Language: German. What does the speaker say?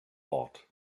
bord